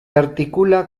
articula